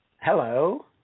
Hello